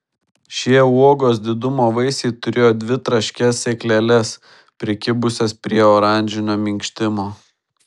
šie uogos didumo vaisiai turėjo dvi traškias sėkleles prikibusias prie oranžinio minkštimo